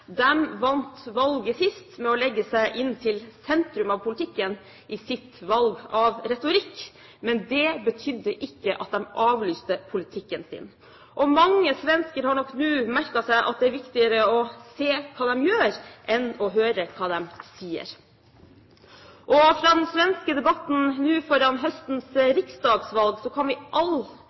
vant valget sist ved å legge seg inn til sentrum av politikken i sitt valg av retorikk. Men det betydde ikke at de avlyste politikken sin. Mange svensker har nok nå merket seg at det er viktigere å se hva de gjør, enn å høre hva de sier. Fra den svenske debatten nå foran høstens riksdagsvalg kan vi